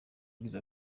yagize